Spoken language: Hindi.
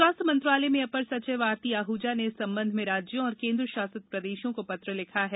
स्वास्थ्य मंत्रालय में अपर सचिव आरती आहूजा ने इस संबंध में राज्यों और केन्द्रशासित प्रदेशों को पत्र लिखा है